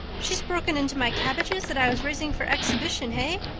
she's broken into my cabbages that i was raising for exhibition, hey?